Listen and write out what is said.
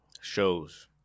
Shows